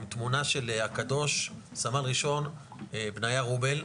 עם תמונה של הקדוש סמל ראשון בניה רובל,